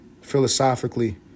philosophically